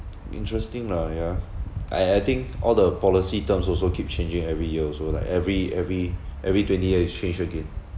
interesting lah yeah I I think all the policy terms also keep changing every year also like every every every twenty year is change again